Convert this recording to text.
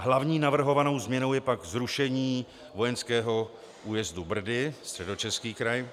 Hlavní navrhovanou změnou je pak zrušení vojenského újezdu Brdy Středočeský kraj.